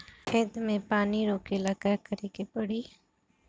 खेत मे पानी रोकेला का करे के परी?